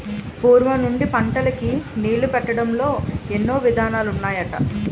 పూర్వం నుండి పంటలకు నీళ్ళు పెట్టడంలో ఎన్నో విధానాలు ఉన్నాయట